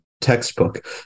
textbook